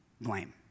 Blame